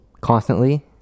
constantly